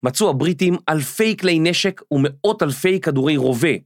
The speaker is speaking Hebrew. מצאו הבריטים אלפי כלי נשק ומאות אלפי כדורי רובה.